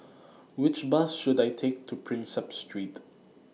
Which Bus should I Take to Prinsep Street